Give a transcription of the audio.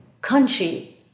country